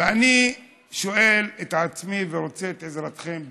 ואני שואל את עצמי ורוצה את עזרתכם בתשובות.